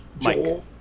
Mike